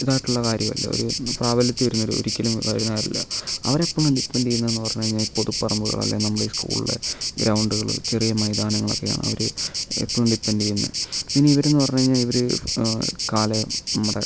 ഇതായിട്ടുള്ള കാര്യമല്ല ഒരു ട്രാവലിൽ തീരുന്ന ഒരു ഒരിക്കലും വരുന്നതല്ല അവരെപ്പോഴും ഡിപൻഡ് ചെയ്യുന്നതെന്ന് പറഞ്ഞുകഴിഞ്ഞാൽ ഈ പൊതുപ്പറമ്പുകൾ അല്ലെങ്കിൽ നമ്മുടെ ഈ സ്കൂളിലെ ഗ്രൗണ്ടുകളും ചെറിയ മൈതാനങ്ങളും ഒക്കെയാണ് അവർ എപ്പോഴും ഡിപൻഡ് ചെയ്യുന്നത് പിന്നെ ഇവരെന്ന് പറഞ്ഞുകഴിഞ്ഞാൽ ഇവർ കാൽ നമ്മുടെ